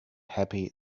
happy